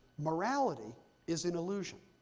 morality is an illusion.